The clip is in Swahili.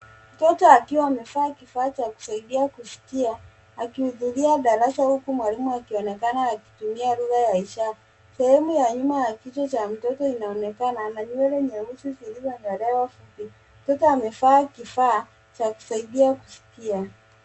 Mtoto akiwa amevaa kifaa cha kusaidia kusikia, akihudhuria darasa huku mwalimu akionekana akitumia lugha ya ishara. Sehemu ya nyuma ya kichwa cha mtoto inaonekana. Ana nywele nyeusi zilizonyolewa fupi. Mtoto amevaa kifaa cha kusaidia kusikia.